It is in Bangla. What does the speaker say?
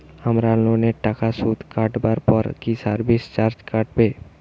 আমার লোনের টাকার সুদ কাটারপর কি সার্ভিস চার্জও কাটবে?